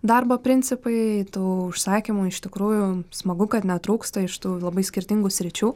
darbo principai tų užsakymų iš tikrųjų smagu kad netrūksta iš tų labai skirtingų sričių